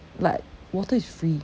like water is free